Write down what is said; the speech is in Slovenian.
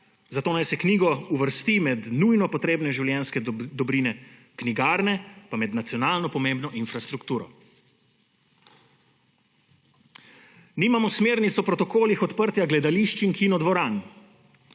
zato naj se knjigo uvrsti med nujno potrebne življenjske dobrine, knjigarne pa med nacionalno pomembno infrastrukturo. Nimamo smernic o protokolih odprtja gledališč in kinodvoran.